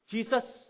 Jesus